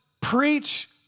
preach